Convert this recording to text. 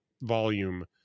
volume